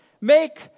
make